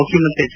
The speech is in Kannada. ಮುಖ್ಕಮಂತ್ರಿ ಎಚ್